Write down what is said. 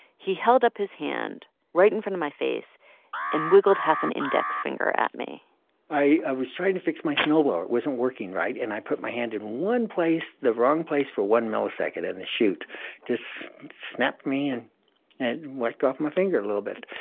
he held up his hand right in front of my face and wiggled half an index finger at me i was trying to fix my snowblower. it wasn't working right. and i put my hand in one place, the wrong place for one millisecond and the chute just snapped me in and whacked off my finger a little bit.